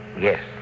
yes